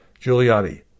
Giuliani